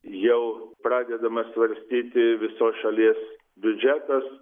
jau pradedama svarstyti visos šalies biudžetas